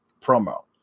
promo